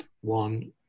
one